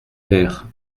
vert